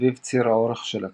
סביב ציר האורך של הכלי,